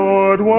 Lord